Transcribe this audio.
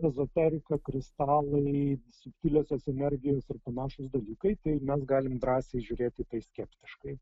ezoterika kristalai subtiliosios energijos ir panašūs dalykai tai mes galim drąsiai žiūrėti į tai skeptiškai